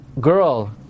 girl